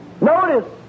Notice